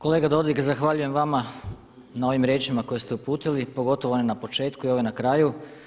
Kolega Dodig, zahvaljujem vama na ovim riječima koje ste uputili pogotovo one na početku i ove na kraju.